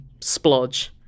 splodge